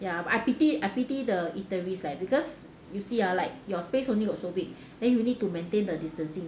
ya but I pity I pity the eateries leh because you see ah like your space only got so big then you need to maintain the distancing